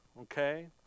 Okay